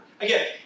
Again